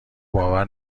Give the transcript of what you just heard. باور